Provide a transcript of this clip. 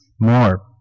more